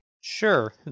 Sure